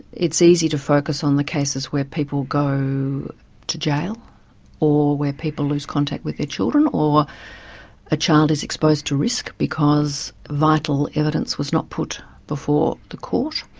it's easy to focus on the cases where people go to jail or where people lose contact with their children or a child is exposed to risk because vital evidence was not put before the court,